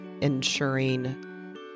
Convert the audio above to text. ensuring